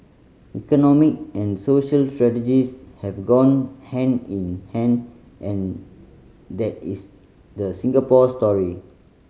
economic and social strategies have gone hand in hand and that is the Singapore story